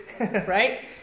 right